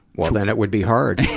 well, then it would be hard.